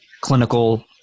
clinical